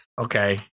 Okay